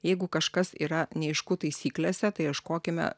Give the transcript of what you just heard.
jeigu kažkas yra neaišku taisyklėse tai ieškokime